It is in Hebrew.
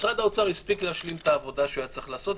משרד האוצר הספיק להשלים את העבודה שהוא היה צריך לעשות,